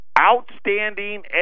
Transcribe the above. Outstanding